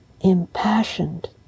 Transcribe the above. impassioned